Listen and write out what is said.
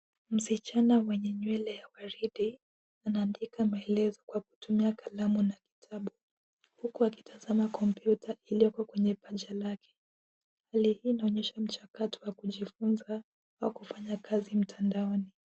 Msichana mwenye nywele ya waridi, anaandika maelezo kwa kutumia kalamu na kitabu huku akitazama kompyuta iliyopo kwenye paja lake. Hali hii inaonyesha mchakato wa kijifunza na kufanya kazi mtandaoni.